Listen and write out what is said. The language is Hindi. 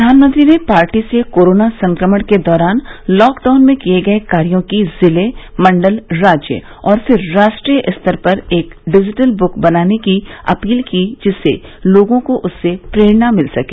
प्रधानमंत्री ने पार्टी से कोरोना संक्रमण के दौरान लॉकडाउन में किये गए कार्यों की जिले मंडल राज्य और फिर राष्ट्रीय स्तर पर एक डिजिटल ब्क बनाने की अपील की जिससे लोगों को उससे प्रेरणा मिल सके